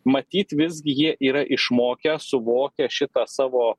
matyt visgi jie yra išmokę suvokia šitą savo